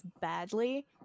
badly